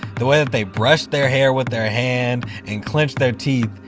the way they brush their hair with their hand and clench their teeth.